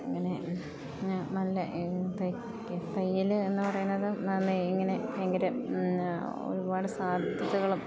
അങ്ങനെ നല്ല തയ്യൽ എന്ന് പറയുന്നത് നന്നായി ഇങ്ങനെ ഭയങ്കര ഒരുപാട് സാധ്യതകളും